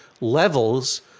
levels